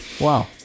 Wow